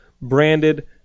branded